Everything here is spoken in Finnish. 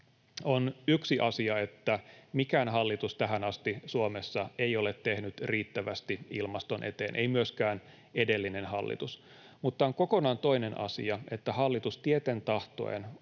On yksi asia, että mikään hallitus tähän asti Suomessa ei ole tehnyt riittävästi ilmaston eteen — ei myöskään edellinen hallitus — mutta on kokonaan toinen asia, että hallitus tieten tahtoen